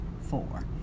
four